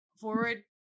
forward